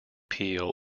peel